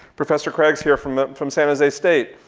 professor craig's here from from san jose state.